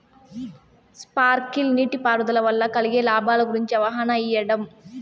Sprinkle నీటిపారుదల వల్ల కలిగే లాభాల గురించి అవగాహన ఇయ్యడం?